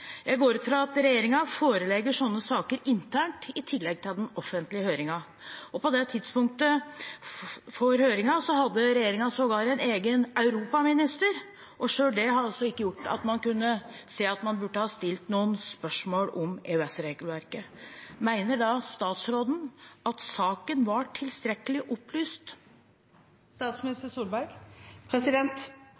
Jeg går ut fra at regjeringen forelegger sånne saker internt i tillegg til den offentlige høringen. På tidspunktet for høringen hadde regjeringen sågar en egen europaminister. Selv det har altså ikke gjort at man kunne se at man burde ha stilt noen spørsmål om EØS-regelverket. Mener statsministeren at saken var tilstrekkelig opplyst?